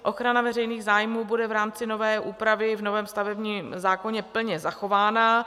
Ochrana veřejných zájmů bude v rámci nové úpravy v novém stavebním zákoně plně zachována.